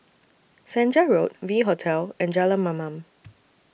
Senja Road V Hotel and Jalan Mamam